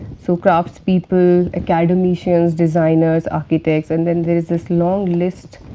so, craftspeople academicians designers architects and then there is this long list.